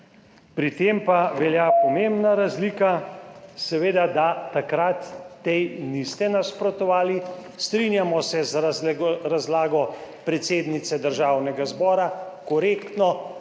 Pri tem pa velja pomembna razlika, seveda, da takrat tej niste nasprotovali. Strinjamo se z razlago predsednice Državnega zbora korektno.